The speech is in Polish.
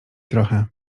trochę